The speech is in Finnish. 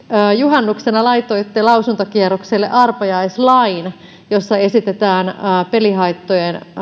juhannuksena laitoitte lausuntokierrokselle arpajaislain jossa esitetään